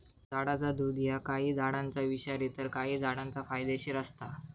झाडाचा दुध ह्या काही झाडांचा विषारी तर काही झाडांचा फायदेशीर असता